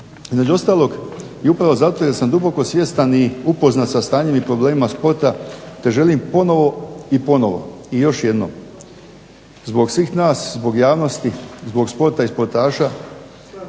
Između ostalog i upravo zato jer sam duboko svjestan i upoznat sa stanjem i problemima sporta te želim ponovno i ponovno i još jednom zbog svih nas, zbog javnosti, zbog sporta i sportaša,